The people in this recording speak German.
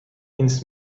ins